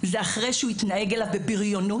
זה אחרי שהוא התנהג אליו בבריונות.